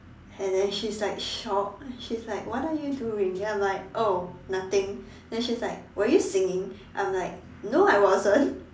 and then she's like shocked she's like what you are doing I'm like oh nothing and she's like were you singing I'm like no I wasn't